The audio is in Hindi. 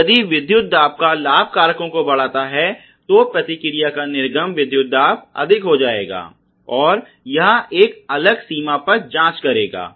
तो यदि विद्युत दाब का लाभ कारकों को बढ़ाता है तो प्रतिक्रिया का निर्गम विद्युत दाब अधिक हो जाएगा और यह एक अलग सीमा पर जांच करेगा